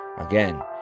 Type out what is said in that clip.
Again